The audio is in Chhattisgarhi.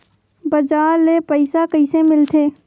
बजार ले पईसा कइसे मिलथे?